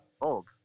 old